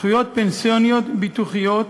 זכויות פנסיוניות ביטוחיות,